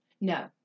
no